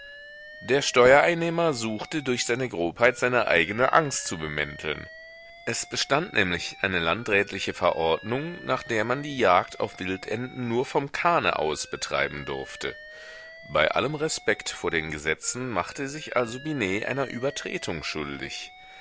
der steuereinnehmer suchte durch seine grobheit seine eigene angst zu bemänteln es bestand nämlich eine landrätliche verordnung nach der man die jagd auf wildenten nur vom kahne aus betreiben durfte bei allem respekt vor den gesetzen machte sich also binet einer übertretung schuldig